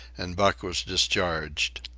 and buck was discharged.